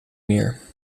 meer